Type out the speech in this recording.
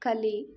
ಕಲಿ